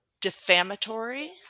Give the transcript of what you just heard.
defamatory